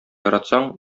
яратсаң